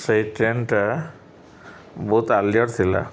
ସେଇ ଟ୍ରେନ୍ଟା ବହୁତ ଆଲିଅର୍ ଥିଲା